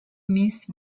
miss